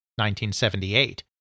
1978